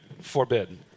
forbid